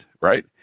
right